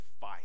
fight